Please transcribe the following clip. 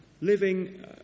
living